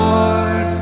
Lord